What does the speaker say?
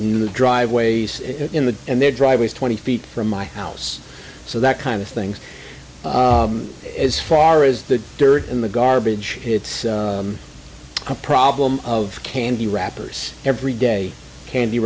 in the driveways in the and their driveways twenty feet from my house so that kind of things as far as the dirt in the garbage it's a problem of candy wrappers every day candy